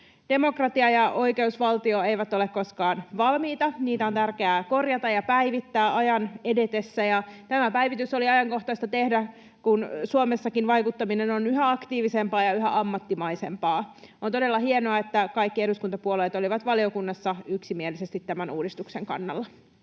Demokratia ja oikeusvaltio eivät ole koskaan valmiita. Niitä on tärkeää korjata ja päivittää ajan edetessä, ja tämä päivitys oli ajankohtaista tehdä, kun Suomessakin vaikuttaminen on yhä aktiivisempaa ja yhä ammattimaisempaa. On todella hienoa, että kaikki eduskuntapuolueet olivat valiokunnassa yksimielisesti tämän uudistuksen kannalla.